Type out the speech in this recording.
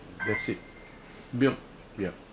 that's it milk ya